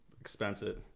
expensive